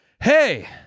hey